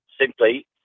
simply